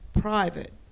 private